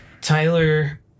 Tyler